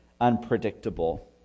unpredictable